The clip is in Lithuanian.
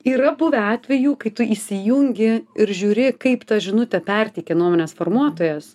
yra buvę atvejų kai tu įsijungi ir žiūri kaip tą žinutę perteikia nuomonės formuotojas